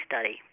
study